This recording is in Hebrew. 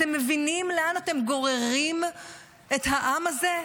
אתם מבינים לאן אתם גוררים את העם הזה?